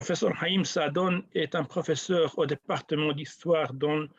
‫פרופ' חיים סעדון ‫הוא פרופסור בדפקת היסטוריה...